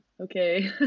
okay